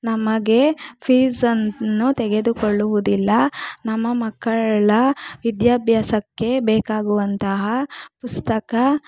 ನಮಗೇ ಫೀಸನ್ನು ತೆಗೆದುಕೊಳ್ಳುವುದಿಲ್ಲ ನಮ್ಮ ಮಕ್ಕಳ ವಿದ್ಯಾಭ್ಯಾಸಕ್ಕೆ ಬೇಕಾಗುವಂತಹ ಪುಸ್ತಕ